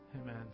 Amen